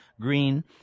green